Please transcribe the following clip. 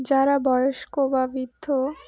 যারা বয়স্ক বা বৃদ্ধ